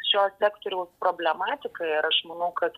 šio sektoriaus problematika ir aš manau kad